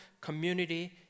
community